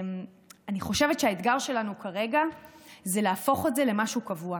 אני חושבת שהאתגר שלנו כרגע זה להפוך את זה למשהו קבוע,